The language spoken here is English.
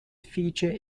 feature